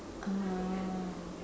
ah